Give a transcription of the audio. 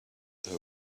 her